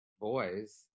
boys